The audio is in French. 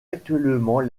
actuellement